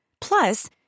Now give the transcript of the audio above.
Plus